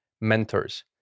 mentors